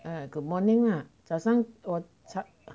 ah good morning ah 早上我